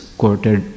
quoted